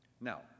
Now